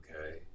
okay